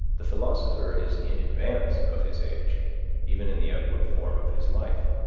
the philosopher is in advance of his age even in the outward form of his life.